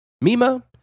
Mima